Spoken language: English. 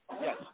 Yes